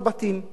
איך נבנו?